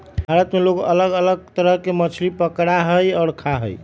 भारत में लोग अलग अलग तरह के मछली पकडड़ा हई और खा हई